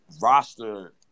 roster